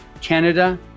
Canada